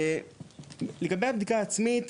לגבי בדיקה עצמית,